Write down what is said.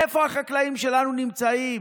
איפה החקלאים שלנו נמצאים?